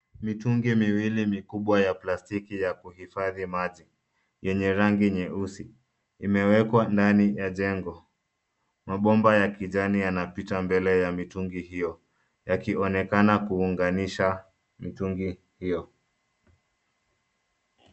Mitungi miwili mikubwa ya plastiki ya kuhifadhi maji yenye rangi nyeusi, imewekwa ndani ya jengo. Mabomba ya kijani yanapita mbele ya mitungi hiyo yakionekana kuunganisha mitungi hiyo.